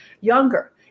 younger